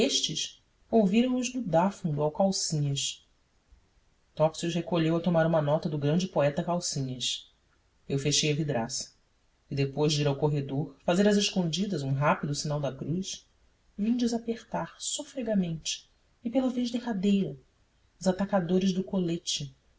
estes ouvira os no dafundo ao calcinhas topsius recolheu a tomar uma nota do grande poeta calcinhas eu fechei a vidraça e depois de ir ao corredor fazer às escondidas um rápido sinal da cruz vim desapertar sofregamente e pela vez derradeira os atacadores do colete